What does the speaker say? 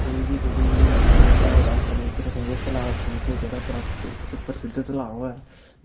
कोई बी अपने जेह्ड़ा जगह होए तलाऽ तलू च जेह्ड़ा बड़ा प्रसिद्ध तलाऽ होऐ